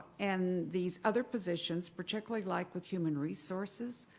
and these other positions particularly like with human resources,